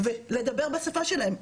ולדבר בשפה שלהן.